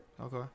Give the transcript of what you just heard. Okay